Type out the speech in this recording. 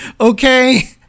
okay